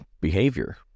behavior